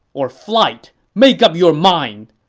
or flight! make up your mind!